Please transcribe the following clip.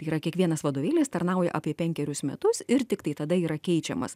yra kiekvienas vadovėlis tarnauja apie penkerius metus ir tiktai tada yra keičiamas